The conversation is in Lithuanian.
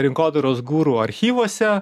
rinkodaros guru archyvuose